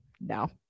no